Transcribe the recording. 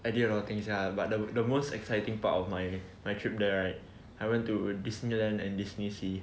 I did a lot of things ya but the the most exciting part of my my trip there right I went to Disneyland and DisneySea